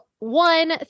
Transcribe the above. One